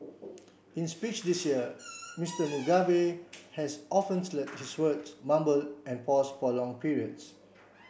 in speech this year Mister Mugabe has often slurred his words mumbled and paused for long periods